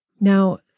Now